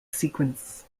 sequence